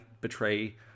betray